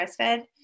breastfed